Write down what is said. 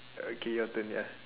okay your turn ya